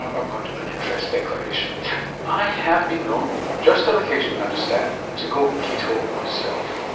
i've got an interest declaration i have been known, just on occasion you understand, to go keto myself.